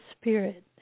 spirit